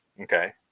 okay